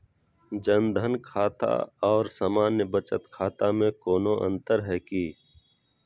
जन धन खाता और सामान्य बचत खाता में कोनो अंतर है की?